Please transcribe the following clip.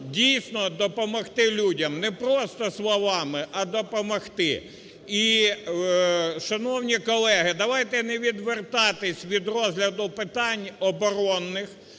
дійсно, допомогти людям, не просто словами, а допомогти. І, шановні колеги, давайте не відвертатись від розгляду питань оборонних,